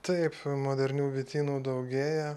taip modernių bitynų daugėja